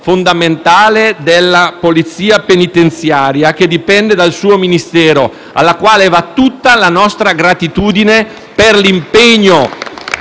fondamentale della polizia penitenziaria, che dipende dal suo Ministero e alla quale va tutta la nostra gratitudine. *(Applausi